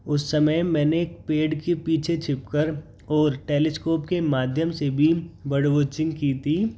उस समय मैंने एक पेड़ के पीछे छिप कर और टेलिस्कोप के माध्यम से भी बर्ड वॉचिंग की थी